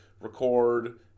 record